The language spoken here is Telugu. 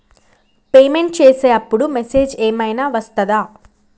పేమెంట్ చేసే అప్పుడు మెసేజ్ ఏం ఐనా వస్తదా?